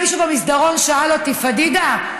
מישהו במסדרון שאל אותי: פדידה,